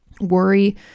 worry